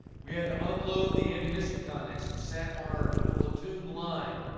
we had to unload the ammunition conex that sat on our platoon line.